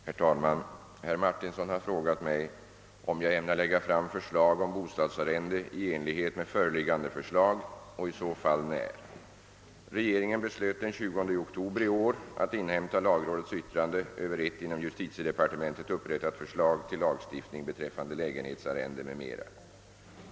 Herr talman! Herr Martinsson har frågat mig om jag ämnar lägga fram förslag om bostadsarrende i enlighet med föreliggande förslag och i så fall när. Regeringen beslöt den 20 oktober i år att inhämta lagrådets yttrande över ett inom <justitiedepartementet upprättat förslag till lagstiftning beträffande lägenhetsarrende m.m.